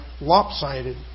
lopsided